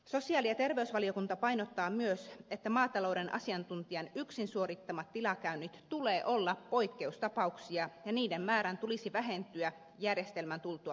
sosiaali ja terveysvaliokunta painottaa myös että maatalouden asiantuntijan yksin suorittamien tilakäyntien tulee olla poikkeustapauksia ja niiden määrän tulisi vähentyä järjestelmän tultua pysyväksi